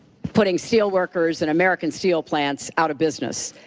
putting steelworkers and american steel plants out of business.